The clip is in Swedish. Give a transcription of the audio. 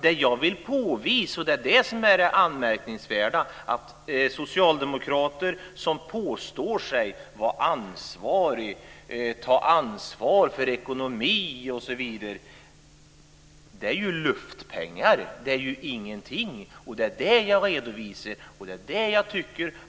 Det jag vill påvisa, och detta är det anmärkningsvärda - det gäller ju socialdemokrater som påstår sig ta ansvar för ekonomi osv. - är att det är fråga om luftpengar, om ingenting. Det är vad jag redovisar.